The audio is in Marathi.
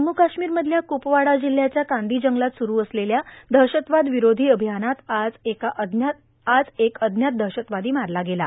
जम्मू काश्मीरमधल्या कुपवाडा जिल्ह्याच्या कांदी जंगलात सुरू असलेल्या दहशतवादी विरोधी अभियानात आज एक अज्ञात दहशतवादी मारला गेला